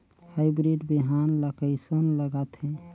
Hybrid बिहान ला कइसन लगाथे?